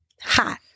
Hot